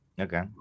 Okay